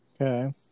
Okay